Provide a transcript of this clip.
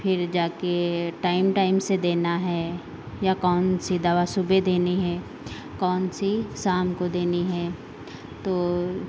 फिर जाके time time से देना है या कौन सी दवा सुबह देनी है कौन सी शाम को देनी है तो